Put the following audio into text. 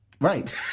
Right